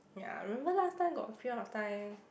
ya remember last time got period of time